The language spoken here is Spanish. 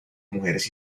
mujeres